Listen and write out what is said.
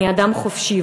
אני אדם חופשי,